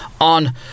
on